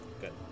Good